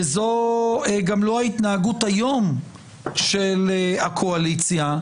וזו גם לא ההתנהגות היום של הקואליציה,